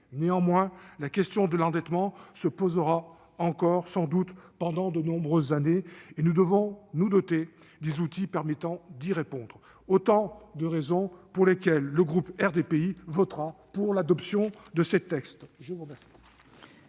Néanmoins, la question de l'endettement se posera encore sans doute pendant de nombreuses années et nous devons nous doter des outils permettant d'y répondre. Ce sont autant de raisons pour lesquelles le groupe RDPI votera pour l'adoption de ces textes.